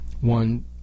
one